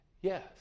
Yes